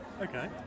Okay